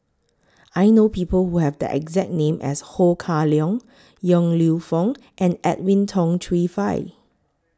I know People Who Have The exact name as Ho Kah Leong Yong Lew Foong and Edwin Tong Chun Fai